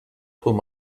pull